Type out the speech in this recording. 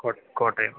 Kottayam